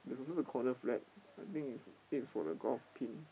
there's also the corner flag I think it's it's for the golf pit